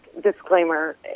disclaimer